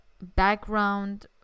background